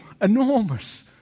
enormous